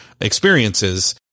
experiences